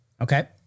Okay